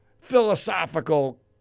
philosophical